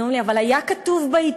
והם עונים לי: אבל היה כתוב בעיתון.